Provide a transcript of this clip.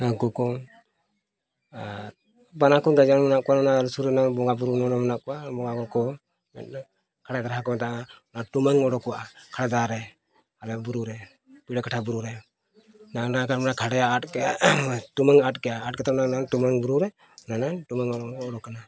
ᱦᱟᱹᱠᱩ ᱠᱚ ᱟᱨ ᱵᱟᱱᱟ ᱠᱚ ᱜᱟᱡᱟᱲ ᱨᱮ ᱢᱮᱱᱟᱜ ᱠᱚᱣᱟ ᱚᱱᱟ ᱟᱞᱮ ᱥᱩᱨ ᱨᱮ ᱚᱱᱟ ᱵᱚᱸᱜᱟᱼᱵᱩᱨᱩ ᱱᱚᱸᱰᱮ ᱢᱮᱱᱟᱜ ᱠᱚᱣᱟ ᱵᱚᱸᱜᱟᱼᱵᱩᱨᱩ ᱠᱚ ᱚᱱᱟ ᱴᱩᱢᱟᱹᱝ ᱩᱰᱩᱠᱚᱜᱼᱟ ᱠᱷᱟᱲᱫᱟ ᱨᱮ ᱟᱞᱮ ᱵᱩᱨᱩ ᱨᱮ ᱯᱤᱲᱟᱹᱠᱟᱴᱷᱟ ᱵᱩᱨᱩ ᱨᱮ ᱡᱟᱦᱟᱸ ᱢᱮᱱᱟᱜᱼᱟ ᱠᱷᱟᱰᱭᱟ ᱟᱫ ᱠᱮ ᱴᱩᱢᱟᱹᱝ ᱟᱫ ᱠᱮᱜᱼᱟ ᱟᱫ ᱠᱟᱛᱮᱫ ᱚᱱᱟ ᱴᱩᱢᱟᱹᱝ ᱵᱩᱨᱩ ᱨᱮ ᱚᱱᱟ ᱴᱩᱢᱟᱹᱝ ᱩᱰᱩᱠ ᱠᱟᱱᱟ